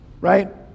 right